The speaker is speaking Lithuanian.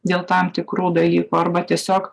dėl tam tikrų dalykų arba tiesiog